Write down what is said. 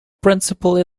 principle